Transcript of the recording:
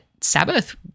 Sabbath